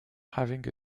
having